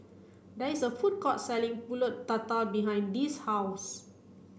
there is a food court selling Pulut Tatal behind Dee's house